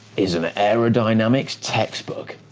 is an aerodynamics text book.